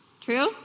True